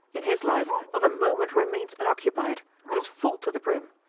in his life not a moment remains unoccupied it is full to the brim.